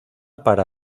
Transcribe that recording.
para